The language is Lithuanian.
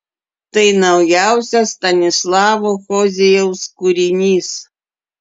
tai naujausias stanislavo hozijaus kūrinys